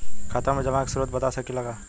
खाता में जमा के स्रोत बता सकी ला का?